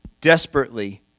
desperately